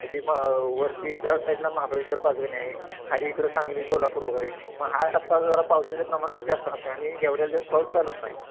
म्हणजे मग वरती त्या साईटला महाबळेश्वर पाचगणी आहे खाली इकडं सांगली कोल्हापूर वगैरे मग हा टप्पा जरा पावसाच्या प्रमाणात जास्त राहतो आहे आणि घेवड्याला जास्त पाऊस चालत नाही